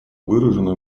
выраженную